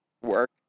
work